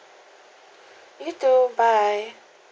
you too bye